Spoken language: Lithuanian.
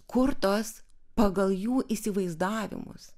kurtos pagal jų įsivaizdavimus